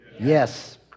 yes